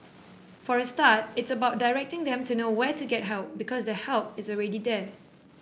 for a start it's about directing them to know where to get help because the help is already there